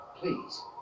Please